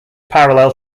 parallel